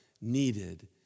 needed